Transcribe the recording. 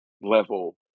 level